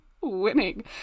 winning